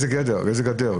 יש הגדרה מה זה גדר?